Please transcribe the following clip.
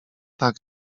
tak